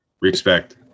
Respect